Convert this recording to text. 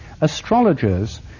Astrologers